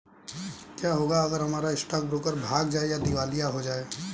क्या होगा अगर हमारा स्टॉक ब्रोकर भाग जाए या दिवालिया हो जाये?